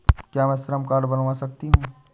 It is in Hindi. क्या मैं श्रम कार्ड बनवा सकती हूँ?